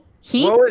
heat